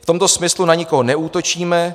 V tomto smyslu na nikoho neútočíme.